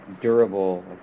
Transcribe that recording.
durable